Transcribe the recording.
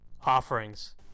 offerings